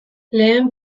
lehen